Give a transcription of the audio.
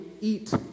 eat